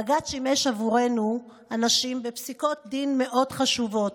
בג"ץ שימש עבורנו הנשים בפסיקות דין מאוד חשובות,